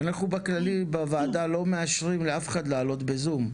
אנחנו בכללי בוועדה לא מאשרים לאף אחד להצטרף בזום,